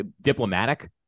diplomatic